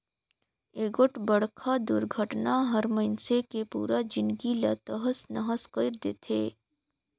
एगोठ बड़खा दुरघटना हर मइनसे के पुरा जिनगी ला तहस नहस कइर देथे